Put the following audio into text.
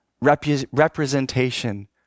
representation